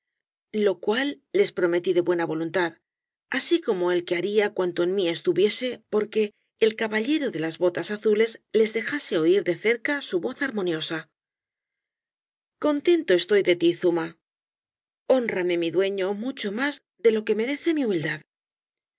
lo cual les prometí de buena voluntad asf como el que haría cuanto en mí estuviese por que el caballero de las botas azules les dejase oir de cerca su voz armoniosa contento estoy de ti zuma hónrame mi dueño mucho más de lo que merece mi humildad